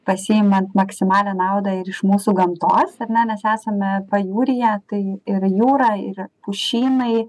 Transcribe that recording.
pasiimant maksimalią naudą ir iš mūsų gamtos ar ne nes esame pajūryje tai ir jūra ir pušynai